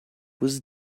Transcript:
was